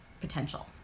potential